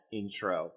intro